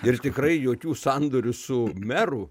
ir tikrai jokių sandorių su meru